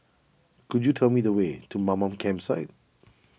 could you tell me the way to Mamam Campsite